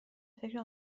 فکر